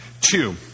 Two